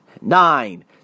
nine